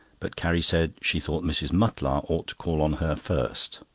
but carrie said she thought mrs. mutlar ought to call on her first.